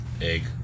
egg